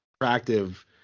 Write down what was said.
attractive